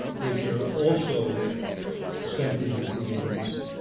which are also sentience beings,